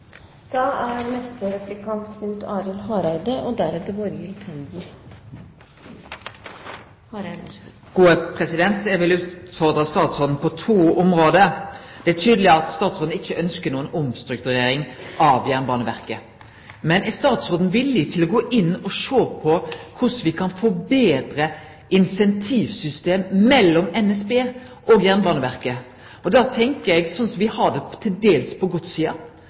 Eg vil utfordre statsråden på to område. Det er tydeleg at statsråden ikkje ønskjer noka omstrukturering av Jernbaneverket. Men er statsråden villig til å gå inn og sjå på korleis vi kan få betre incentivsystem mellom NSB og Jernbaneverket? Da tenkjer eg på det som vi til dels har på